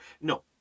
no